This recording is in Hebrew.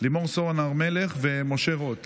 לימור סון הר מלך ומשה רוט.